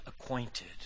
acquainted